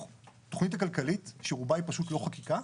התוכנית הכלכלית שרובה היא פשוט לא חקיקה,